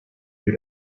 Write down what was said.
you